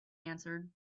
answered